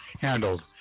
handled